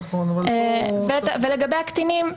לגבי הקטינים,